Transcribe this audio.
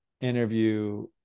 interview